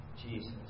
Jesus